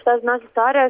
šitos dainos istorija